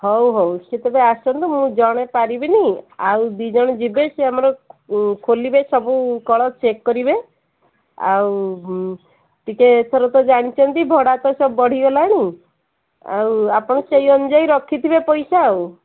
ହଉ ହଉ ସିଏ ତେବେ ଆସନ୍ତୁ ମୁଁ ଜଣେ ପାରିବିନି ଆଉ ଦୁଇ ଜଣ ଯିବେ ସେ ଆମର ଖୋଲିବେ ସବୁ କଳ ଚେକ୍ କରିବେ ଆଉ ଟିକେ ଏଥର ତ ଜାଣିଛନ୍ତି ଭଡ଼ା ସବୁ ବଢ଼ିଗଲାଣି ଆଉ ଆପଣ ସେଇ ଅନୁଯାୟୀ ରଖିଥିବେ ପଇସା ଆଉ